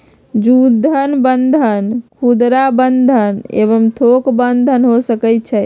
जुद्ध बन्धन खुदरा बंधन एवं थोक बन्धन हो सकइ छइ